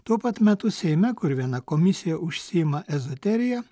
tuo pat metu seime kur viena komisija užsiima ezoterija